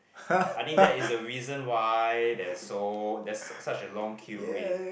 I think that is the reason why there's so there's such a long queue in